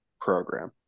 program